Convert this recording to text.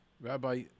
Rabbi